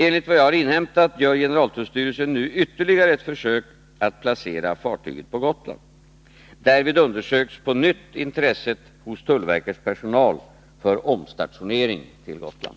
Enligt vad jag har inhämtat gör generaltullstyrelsen nu ytterligare ett försök att placera fartyget på Gotland. Därvid undersöks på nytt intresset hos tullverkets personal för omstationering till Gotland.